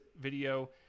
video